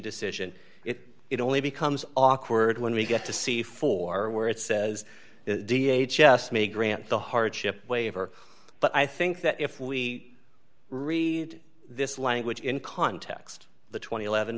decision if it only becomes awkward when we get to see for where it says d h s s may grant the hardship waiver but i think that if we read this language in context the tw